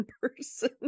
person